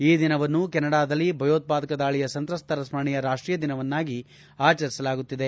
ಈ ದಿನವನ್ನು ಕೆನಡಾದಲ್ಲಿ ಭಯೋತ್ಪಾದಕ ದಾಳಿಯ ಸಂತ್ರಸ್ತರ ಸ್ಮರಣೆಯ ರಾಷ್ಟೀಯ ದಿನವನ್ನಾಗಿ ಆಚರಿಸಲಾಗುವುದು